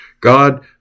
God